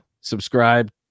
subscribe